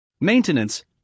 Maintenance